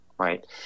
Right